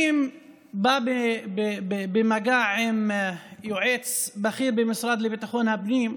אני בא במגע עם יועץ בכיר במשרד לביטחון הפנים,